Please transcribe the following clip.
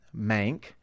Mank